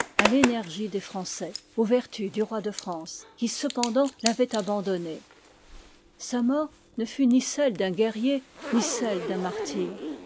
à l'énergie des français aux vertus du roi de france qui cependant l'avait abandonnée sa mort ne fut ni celle d'un guerrier ni celle d'un martyr